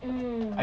mm